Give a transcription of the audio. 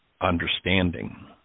understanding